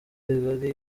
rigari